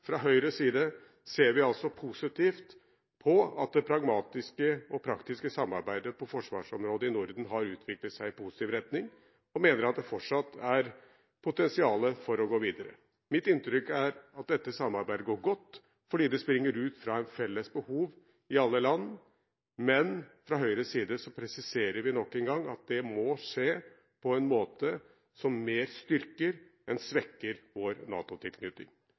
Fra Høyres side ser vi altså positivt på at det pragmatiske og praktiske samarbeidet på forsvarsområdet i Norden har utviklet seg i positiv retning, og mener at det fortsatt er et potensial for å gå videre. Mitt inntrykk er at dette samarbeidet går godt, fordi det springer ut fra et felles behov i alle land, men fra Høyres side presiserer vi nok en gang at det må skje på en måte som mer styrker enn svekker vår